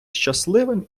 щасливим